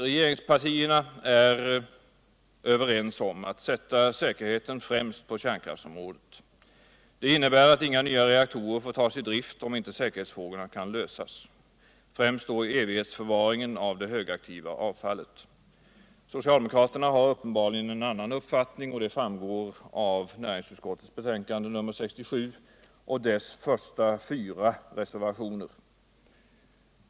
Regeringspartierna är överens om att sätta säkerheten främst på kärnkraftsområdet. Det innebär att inga nya reaktorer får tas i drift om inte säkerhetsproblemen kan lösas — främst då evighetsförvaringen av det högaktiva avfallet. Socialdemokraterna har uppenbarligen en annan uppfattning, vilket framgår av näringsutskottets betänkande nr 67 och dess fyra första reservationer.